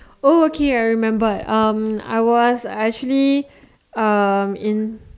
oh okay I remember um I was actually um in